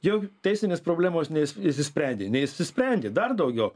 jau teisinės problemos išsisprendė neišsisprendė dar daugiau